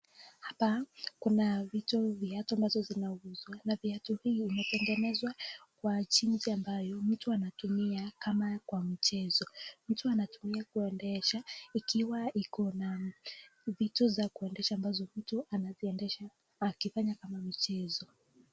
Hapa kuna vitu viatu ambazo zinauzwa na viatu hii imetengenezwa kwa chinji ambayo mtu anatumia kama kwa mchezo. Mtu anatumia kuendesha ikiwa iko na vitu za kuendesha ambazo mtu anaziendesha akifanya kama michezo.